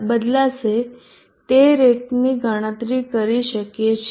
બદલાશે તે રેટની ગણતરી કરી શકીએ છીએ